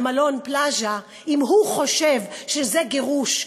למלון "שרתון פלאזה" אם הוא חושב שזה גירוש,